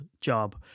job